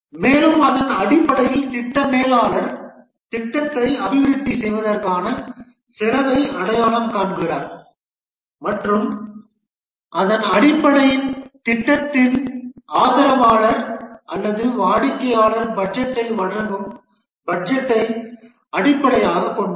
மேலும் அதன் அடிப்படையில் திட்ட மேலாளர் திட்டத்தை அபிவிருத்தி செய்வதற்கான செலவை அடையாளம் காண்கிறார் மற்றும் அதன் அடிப்படையில் திட்டத்தின் ஆதரவாளர் அல்லது வாடிக்கையாளர் பட்ஜெட்டை வழங்கும் பட்ஜெட்டை அடிப்படையாகக் கொண்டார்